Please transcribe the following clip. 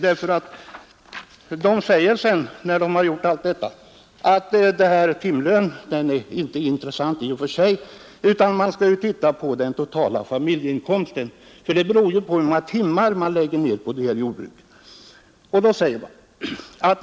Det konstateras nämligen därefter att timlönen inte är intressant i och för sig, utan det är den totala familjeinkomsten som är av intresse; det beror ju på hur många timmar man lägger ner på jordbruket.